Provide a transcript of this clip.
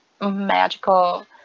magical